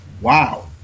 Wow